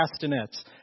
castanets